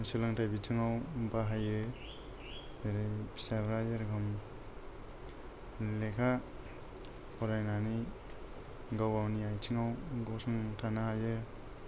सोलोंथाइ बिथिङाव बाहायो जेरै फिसाया जेरखम लेखा फरायनानै गाव गावनि आथिङाव गसंथानो हायो